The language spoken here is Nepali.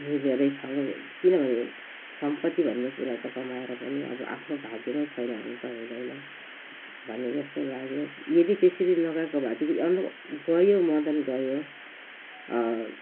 मिलेरै खाऊँ किनभने सम्पति भन्ने कुरा त कमाएर पनि अब आफ्नो भाग्यमै छैन भने त हुँदैन भने जस्तो लाग्यो यदि त्यसरी नगएको भएदेखि अरू गयो मदन गयो